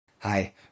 Hi